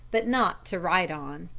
but not to ride on.